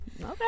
Okay